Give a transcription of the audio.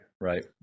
Right